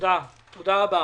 תודה רבה.